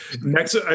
Next